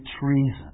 treason